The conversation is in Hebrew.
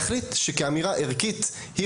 איזשהו סיכון